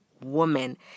woman